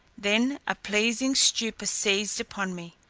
then a pleasing stupor seized upon me.